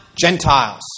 Gentiles